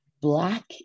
Black